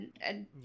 and-